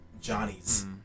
Johnny's